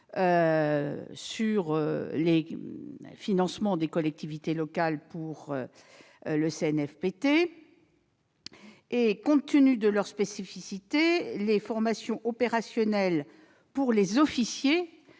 sur le financement des collectivités locales, est dirigé vers le CNFPT. Compte tenu de leur spécificité, les formations opérationnelles pour les officiers